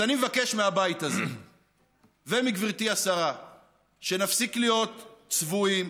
אז אני מבקש מהבית הזה ומגברתי השרה שנפסיק להיות צבועים,